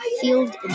field